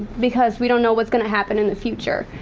because we don't know what's gonna happen in the future,